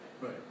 Right